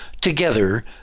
together